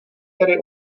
tady